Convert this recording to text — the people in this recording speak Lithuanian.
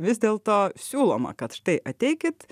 vis dėlto siūloma kad štai ateikit